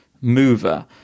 mover